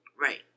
Right